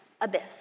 abyss